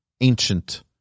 ancient